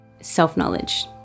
self-knowledge